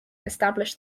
established